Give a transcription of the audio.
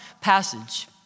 passage